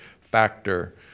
factor